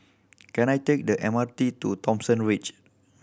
can I take the M R T to Thomson Ridge